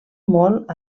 molt